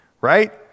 Right